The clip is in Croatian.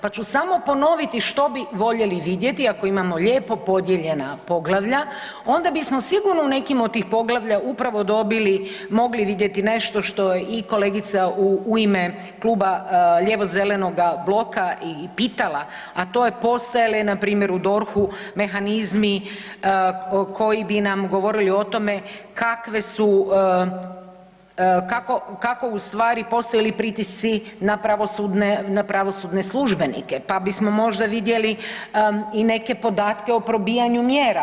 Pa ću samo ponoviti što bi voljeli vidjeti ako imamo lijepo podijeljena poglavlja onda bismo sigurno u nekom od tih poglavlja upravo dobili, mogli vidjeti nešto što je i kolegica u ime Kluba lijevo-zelenoga bloka i pitala, a to je postoje li npr. u DORH-u mehanizmi koji bi nam govorili o tome kakve su, kako ustvari postoje li pritisci na pravosudne službenike, pa bismo možda vidjeli i neke podatke o probijanju mjera.